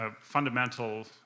fundamental